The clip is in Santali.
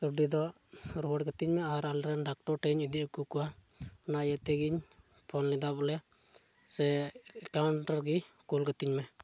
ᱠᱟᱹᱣᱰᱤ ᱫᱚ ᱨᱩᱣᱟᱹᱲ ᱠᱟᱹᱛᱤᱧ ᱢᱮ ᱟᱨ ᱟᱞᱮᱨᱮᱱ ᱰᱟᱠᱛᱟᱨ ᱴᱷᱮᱡ ᱤᱧ ᱤᱫᱤ ᱦᱚᱴᱚ ᱠᱟᱜᱼᱟ ᱚᱱᱟ ᱤᱭᱟᱹ ᱛᱮᱜᱤᱧ ᱯᱷᱳᱱ ᱞᱮᱫᱟ ᱵᱚᱞᱮ ᱥᱮ ᱮᱠᱟᱣᱩᱱᱴ ᱨᱮᱜᱮ ᱠᱩᱞ ᱠᱟᱹᱛᱤᱧ ᱢᱮ